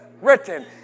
written